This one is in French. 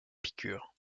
piqûre